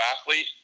athlete